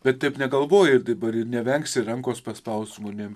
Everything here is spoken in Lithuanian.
bet taip negalvoji ir dabar nevengsi rankos paspausti žmonėms